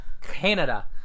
Canada